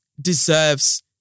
deserves